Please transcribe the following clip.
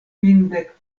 kvindek